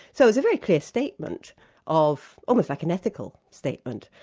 so it's a very clear statement of almost like an ethical statement,